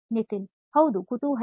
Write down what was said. ನಿತಿನ್ ಹೌದು ಕುತೂಹಲ